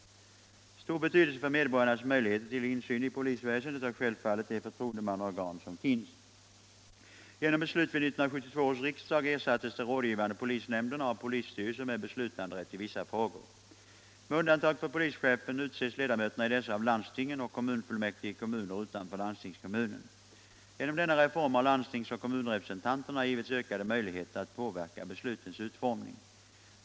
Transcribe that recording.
17 Stor betydelse för medborgarnas möjligheter till insyn i polisväsendet har självfallet de förtroendemannaorgan som finns. Genom beslut vid 1972 års riksdag ersattes de rådgivande polisnämnderna av polisstyrelser med beslutanderätt i vissa frågor. Med undantag för polischefen utses ledamöterna i dessa av landstingen och kommunfullmäktige i kommuner utanför landstingskommunen. Genom denna reform har landstingsoch kommunrepresentanterna givits ökade möjligheter att påverka beslutens utformning.